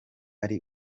ari